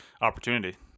opportunity